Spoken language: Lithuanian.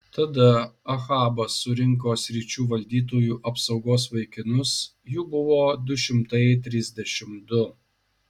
tada ahabas surinko sričių valdytojų apsaugos vaikinus jų buvo du šimtai trisdešimt du